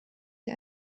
sie